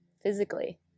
physically